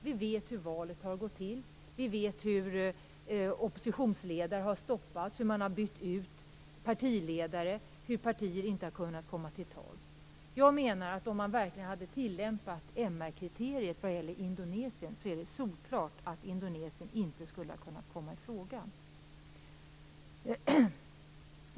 Vi vet hur valet har gått till, hur oppositionsledare har stoppats, hur man har bytt ut partiledare och hur partier inte har kunnat komma till tals. Jag menar att om man verkligen hade tillämpat MR kriteriet på Indonesien är det solklart att Indonesien inte skulle ha kunnat komma i fråga.